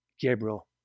Gabriel